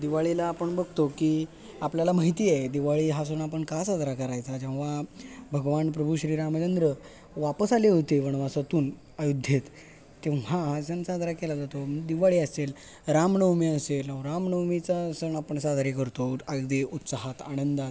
दिवाळीला आपण बघतो की आपल्याला माहिती आहे दिवाळी हा सण आपण का साजरा करायचा जेव्हा भगवान प्रभू श्रीरामंद्र वापस आले होते वनवासातून अयोध्येत तेव्हा हा हा सण साजरा केला जातो दिवाळी असेल रामनवमी असेल अव रामनवमीचा सण आपण साजरे करतो अगदी उत्साहात आनंदात